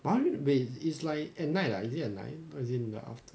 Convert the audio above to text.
but wait is like at night ah is it at night or it's in the afternoon